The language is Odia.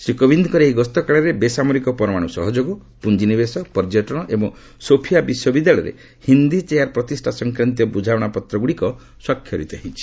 ଶ୍ରୀ କୋବିନ୍ଦଙ୍କର ଏହି ଗସ୍ତ କାଳରେ ବେସାମରିକ ପରମାଣୁ ସହଯୋଗ ପୁଞ୍ଜିନିବେଶ ପର୍ଯ୍ୟଟନ ଏବଂ ସୋଫିଆ ବିଶ୍ୱବିଦ୍ୟାଳୟରେ ହିନ୍ଦୀ ଚେୟାର୍ ପ୍ରତିଷ୍ଠା ସଂକ୍ରାନ୍ତୀୟ ବ୍ରଝାମଣାପତ୍ରଗୁଡ଼ିକ ସ୍ୱାକ୍ଷରିତ ହୋଇଛି